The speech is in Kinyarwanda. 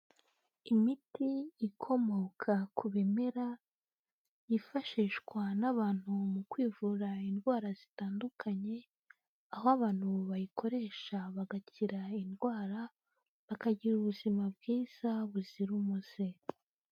Imiti ikomoka ku bimera, yifashishwa n'abantu mu kwivura indwara zitandukanye, aho abantu bayikoresha bagakira indwara, bakagira ubuzima bwiza buzira umuze.